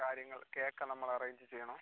കാര്യങ്ങൾ കേക്ക് നമ്മൾ അറേഞ്ച് ചെയ്യണം